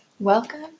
Welcome